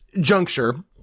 juncture